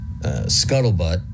scuttlebutt